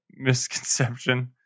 misconception